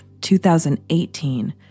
2018